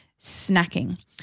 snacking